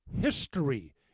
history